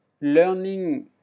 learning